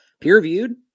peer-reviewed